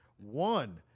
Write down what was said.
one